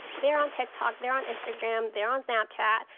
they're on tiktok. they're on instagram. they're on snapchat.